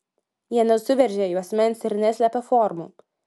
jie nesuveržia juosmens ir neslepia formų